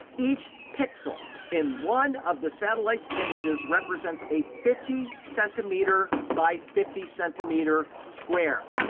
each pixel in one of the satellite's images represents a fifty centimeter by fifty centimeter square,